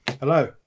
Hello